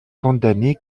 condamné